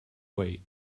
wait